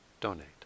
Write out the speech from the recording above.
donate